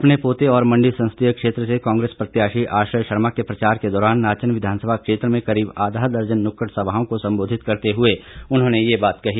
अपने पोते और मंडी संसदीय क्षेत्र से कांग्रेस प्रत्याशी आश्रय शर्मा के प्रचार के दौरान नाचन विधानसभा क्षेत्र में करीब आधा दर्जन नुक्कड सभाओं को संबोधित करते हुए उन्होंने ये बात कही